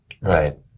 Right